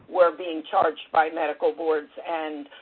were being charged by medical boards and,